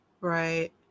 Right